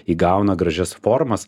įgauna gražias formas